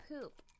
poop